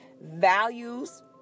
values